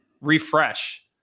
refresh